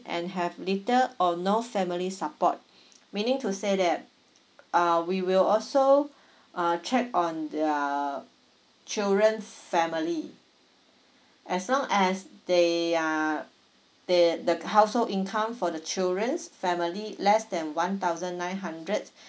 and have little or no family support meaning to say that uh we will also uh check on their children's family as long as they are they the household income for the children's family less than one thousand nine hundred